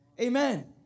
Amen